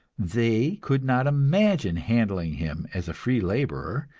they could not imagine handling him as a free laborer,